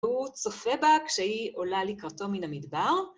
הוא צופה בה כשהיא עולה לקראתו מן המדבר.